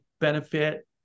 benefit